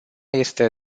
este